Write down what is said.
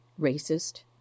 racist